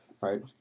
right